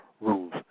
rules